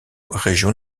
région